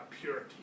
purity